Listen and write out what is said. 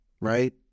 Right